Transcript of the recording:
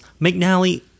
McNally